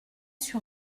sur